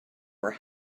were